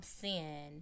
sin